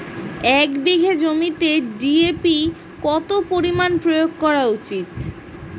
এক বিঘে জমিতে ডি.এ.পি কত পরিমাণ প্রয়োগ করা উচিৎ?